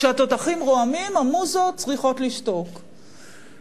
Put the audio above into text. כשהתותחים רועמים המוזות צריכות לשתוק,